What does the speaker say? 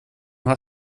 har